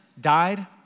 died